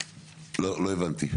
לא, לא הבנתי.